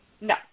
No